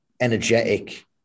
energetic